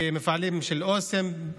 במפעלים של אסם,